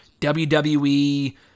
WWE